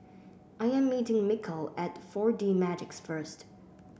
I am meeting Mikel at Four D Magix first